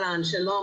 שלום,